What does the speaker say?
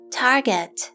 target